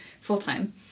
full-time